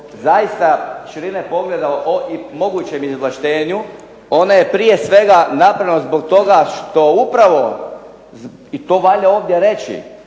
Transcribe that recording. zaista širine pogleda i o mogućem izvlaštenju ono je prije svega napravljeno zbog toga što upravo i to valja ovdje reći,